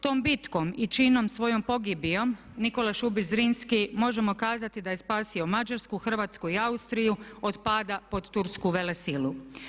Tom bitkom i činom svoje pogibije Nikola Šubić Zrinski možemo kazati da je spasio Mađarsku, Hrvatsku i Austriju od pada pod tursku velesilu.